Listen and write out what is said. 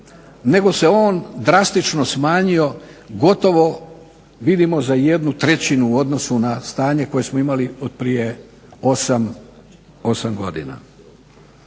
nego se on drastično smanjio, gotovo vidimo za jednu trećinu u odnosu na stanje koje smo imali od prije 8 godina.